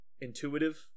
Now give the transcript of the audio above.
intuitive